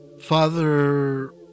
Father